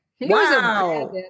Wow